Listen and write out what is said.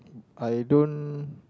I don't